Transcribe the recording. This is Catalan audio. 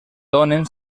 donen